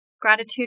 Gratitude